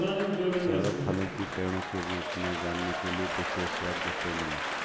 सौरभ फलों की पेड़ों की रूप जानने के लिए विशेषज्ञ से मिला